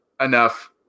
enough